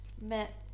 met